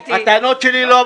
הטענות שלי לא לפקידים.